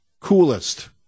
coolest